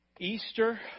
Easter